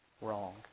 Wrong